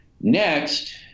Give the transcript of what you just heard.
Next